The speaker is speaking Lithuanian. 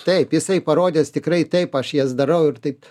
taip jisai parodęs tikrai taip aš jas darau ir taip